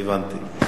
הבנתי.